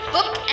Book